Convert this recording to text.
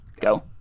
go